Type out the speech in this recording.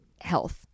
health